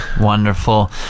wonderful